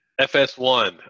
FS1